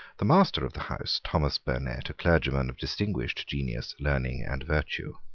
the master of the house, thomas burnet, a clergyman of distinguished genius, learning, and virtue,